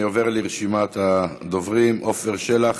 אני עובר לרשימת הדוברים: עפר שלח,